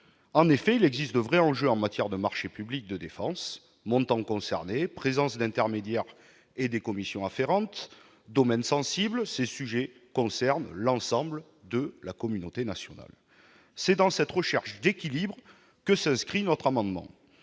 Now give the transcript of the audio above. En effet, il existe de véritables enjeux en matière de marchés publics de défense : montants concernés, présence d'intermédiaires et des commissions afférentes, domaines sensibles. Ces sujets concernent l'ensemble de la communauté nationale. C'est dans cette recherche d'équilibre que s'inscrit cet amendement.